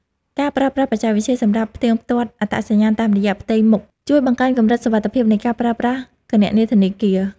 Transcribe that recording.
ការប្រើប្រាស់បច្ចេកវិទ្យាសម្រាប់ផ្ទៀងផ្ទាត់អត្តសញ្ញាណតាមរយៈផ្ទៃមុខជួយបង្កើនកម្រិតសុវត្ថិភាពនៃការប្រើប្រាស់គណនីធនាគារ។